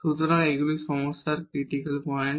সুতরাং এগুলি এই সমস্যার ক্রিটিকাল পয়েন্ট